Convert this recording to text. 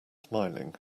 smiling